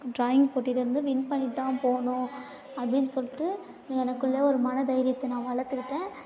drawing போட்டியிலேருந்து win பண்ணிகிட்டுதான் போகணும் அப்படின்னு சொல்லிட்டு எனக்குள்ளே ஒரு மனத்தைரியத்தை நான் வளர்த்துக்கிட்டேன்